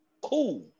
Cool